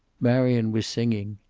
marion was singing.